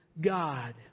God